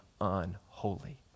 unholy